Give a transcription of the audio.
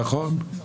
נכון.